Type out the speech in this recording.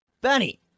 Benny